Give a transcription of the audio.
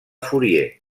fourier